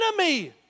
enemy